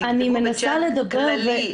תכתבו בצ'ט הכללי,